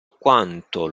quanto